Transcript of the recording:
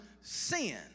sin